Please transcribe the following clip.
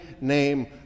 name